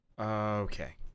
Okay